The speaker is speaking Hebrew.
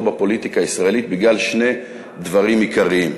בפוליטיקה הישראלית בגלל שני דברים עיקריים.